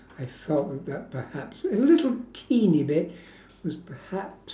I thought that perhaps a little teeny bit was perhaps